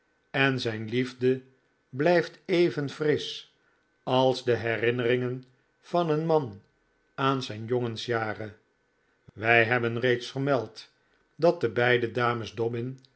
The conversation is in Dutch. en zijn liefde blijft even frisch als de herinneringen van een man aan zijn jongensjaren wij hebben reeds vermeld dat de beide dames